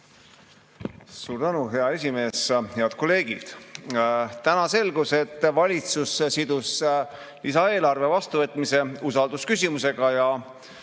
Suur tänu, hea esimees! Head kolleegid! Täna selgus, et valitsus sidus lisaeelarve vastuvõtmise usaldusküsimusega ja